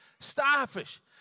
Starfish